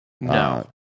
No